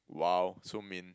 !wow! so mean